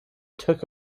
took